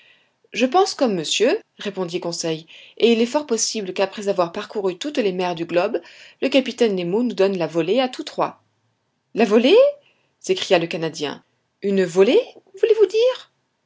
je pense comme monsieur répondit conseil et il est fort possible qu'après avoir parcouru toutes les mers du globe le capitaine nemo nous donne la volée à tous trois la volée s'écria le canadien une volée voulez-vous dire